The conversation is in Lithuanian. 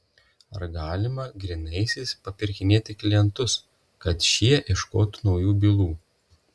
ar galima grynaisiais papirkinėti klientus kad šie ieškotų naujų bylų